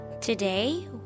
Today